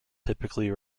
typically